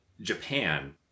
Japan